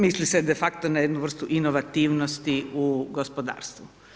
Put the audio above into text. Misli se de facto na jednu vrstu inovativnosti u gospodarstvu.